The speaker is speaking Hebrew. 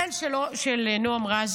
הבן של נעם רז